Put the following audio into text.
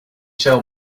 tell